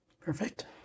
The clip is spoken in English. perfect